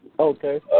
Okay